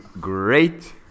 great